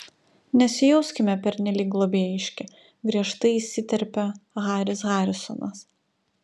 nesijauskime pernelyg globėjiški griežtai įsiterpė haris harisonas